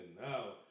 Now